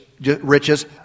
riches